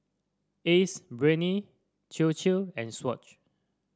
Ace Brainery Chir Chir and Swatch